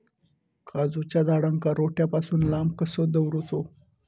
काजूच्या झाडांका रोट्या पासून लांब कसो दवरूचो?